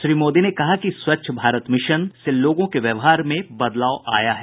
श्री मोदी ने कहा कि स्वच्छ भारत मिशन से लोगों के व्यवहार में बदलाव आया है